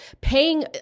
paying